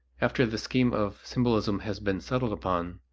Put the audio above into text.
after the scheme of symbolism has been settled upon,